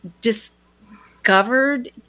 discovered